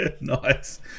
nice